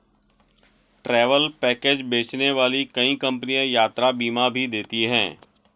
travel package बेचने वाली कई कंपनियां यात्रा बीमा भी देती हैं